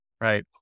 right